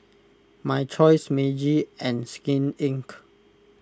My Choice Meiji and Skin Inc